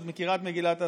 את מכירה את מגילת העצמאות,